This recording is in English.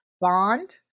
bond